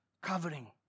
covering